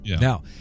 Now